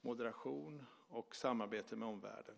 mot moderation och samarbete med omvärlden.